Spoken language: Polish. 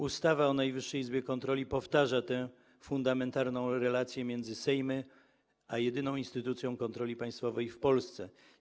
Ustawa o Najwyższej Izbie Kontroli powtarza tę fundamentalną relację między Sejmem a jedyną instytucją kontroli państwowej w Polsce.